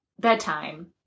bedtime